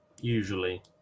Usually